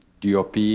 DOP